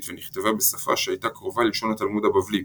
ונכתבה בשפה שהייתה קרובה ללשון התלמוד הבבלי